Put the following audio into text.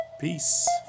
Peace